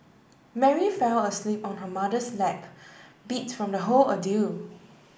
Mary fell asleep on her mother's lap beat from the whole ordeal